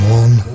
one